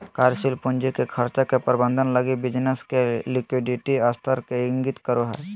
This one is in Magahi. कार्यशील पूंजी के खर्चा के प्रबंधन लगी बिज़नेस के लिक्विडिटी स्तर के इंगित करो हइ